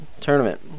tournament